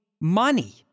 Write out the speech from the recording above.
money